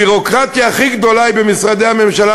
הביורוקרטיה הכי גדולה היא במשרדי הממשלה,